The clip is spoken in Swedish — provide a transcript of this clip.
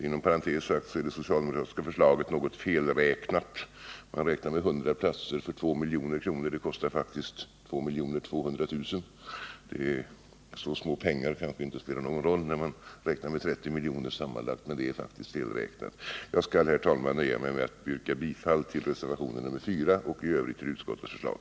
Inom parentes sagt är det socialdemokratiska förslaget något felräknat — man räknar med 100 platser för 2 milj.kr., men de kostar faktiskt 2 200 000 kr. Så ”små” pengar kanske inte spelar någon större roll när man räknar med 230 miljoner sammanlagt, men det är faktiskt en felräkning. Jag skall, herr talman, nöja mig med att yrka bifall till reservationen nr 4 och i övrigt till utskottets förslag.